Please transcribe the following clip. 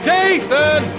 Jason